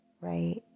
right